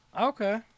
Okay